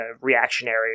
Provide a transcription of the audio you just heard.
reactionary